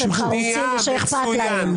זה מראה שהם חרוצים ושאכפת להם.